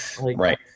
right